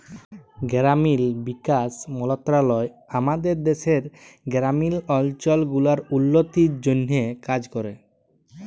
গেরামিল বিকাশ মলত্রলালয় আমাদের দ্যাশের গেরামিল অলচল গুলার উল্ল্য তির জ্যনহে কাজ ক্যরে